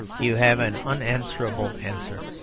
you have an unanswerable answer.